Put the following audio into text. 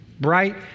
bright